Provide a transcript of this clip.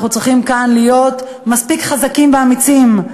אנחנו צריכים כאן להיות מספיק חזקים ואמיצים,